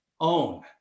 own